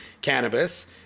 cannabis